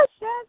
yes